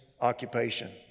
occupation